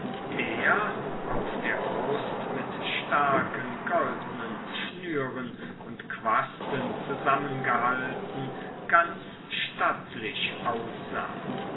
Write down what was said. der auf der brust mit starken goldnen schnüren und quasten zusammengehalten ganz stattlich aussah